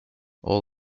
all